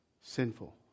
sinful